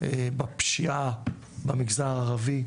בפשיעה במגזר הערבי,